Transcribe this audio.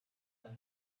five